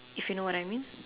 if you know what I mean